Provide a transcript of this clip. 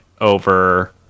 over